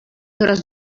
tros